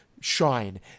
shine